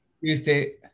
Tuesday